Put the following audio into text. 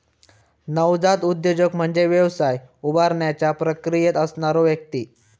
नवजात उद्योजक म्हणजे व्यवसाय उभारण्याच्या प्रक्रियेत असणारो व्यक्ती